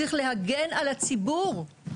צריך להגן על הציבור.